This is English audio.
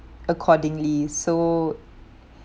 accordingly so